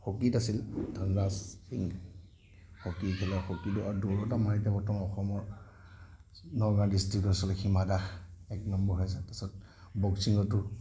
হকীত আছিল ধনৰাজ সিং হকী খেলৰ হকীতো আৰু দৌৰত আমাৰ এতিয়া বৰ্তমান অসমৰ নগাঁও ডিষ্ট্ৰিক্টৰ আছিলে হীমা দাস এক নম্বৰ হৈ আছে তাৰপিছত বক্সিঙতো